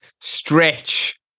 stretch